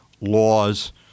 laws